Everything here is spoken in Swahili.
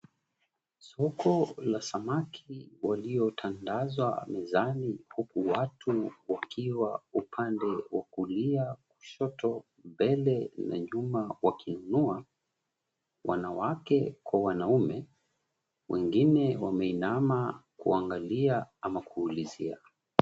Soko la samaki waliotandazwa mezani huku watu wakiwa upande wa kulia, kushoto, mbele na nyuma wakinunua, wanawake kwa wanaume wengine wameinama kuangalia ama kuulizia.